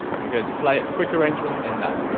i'm going to play a quick arrangement in now.